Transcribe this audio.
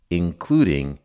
including